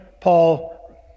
Paul